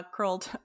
Curled